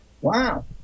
Wow